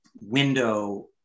window